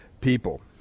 people